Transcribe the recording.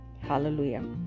Hallelujah